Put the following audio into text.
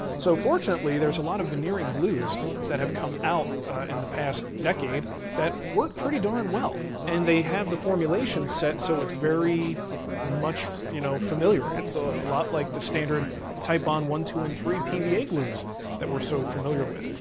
so fortunately there's a lot of veneering glues that have come out in the past decade that work pretty darn well. and they have the formulation set so it's very much you know familiar. it's a lot like the so type bond one, two and three pva glues that we're so familiar with.